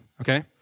Okay